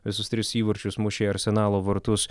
visus tris įvarčius mušė į arsenalo vartus